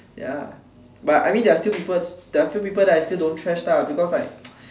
ya but I mean there are still people there are still people that I still don't trash lah because like